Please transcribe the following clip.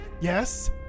Yes